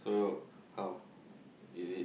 so how is it